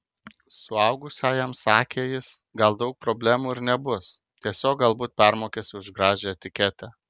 suaugusiajam sakė jis gal daug problemų ir nebus tiesiog galbūt permokėsi už gražią etiketę